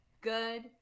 good